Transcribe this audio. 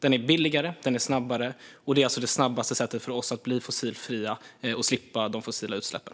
Den är dessutom billigare och är det snabbaste sättet för oss att bli fossilfria och slippa de fossila utsläppen.